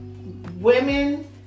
Women